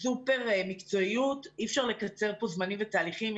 בסופר מקצועיות ואי אפשר לקצר כאן זמנים ותהליכים.